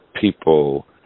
people